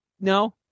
no